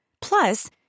Plus